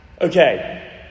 Okay